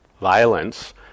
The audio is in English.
violence